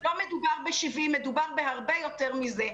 לא מדובר ב-70, מדובר בהרבה יותר מזה.